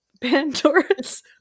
Pandora's